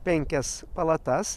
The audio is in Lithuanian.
penkias palatas